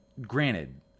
granted